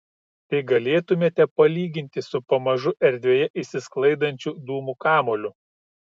tai galėtumėme palyginti su pamažu erdvėje išsisklaidančiu dūmų kamuoliu